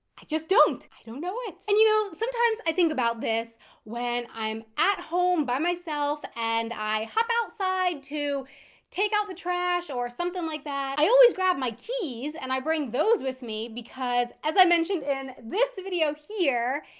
i just don't. i don't know it. and, you know, sometimes i think about this when i'm at home by myself and i hop outside to take out the trash or something like that. i always grab my keys and i bring those with me because, as i mentioned in this video here,